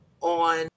on